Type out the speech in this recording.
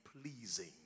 pleasing